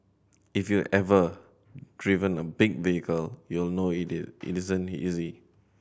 if you've ever driven a big vehicle you'll know it isn't easy